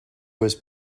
was